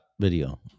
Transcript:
video